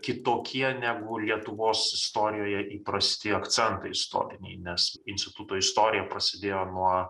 kitokie negu lietuvos istorijoje įprasti akcentai istoriniai nes instituto istorija prasidėjo nuo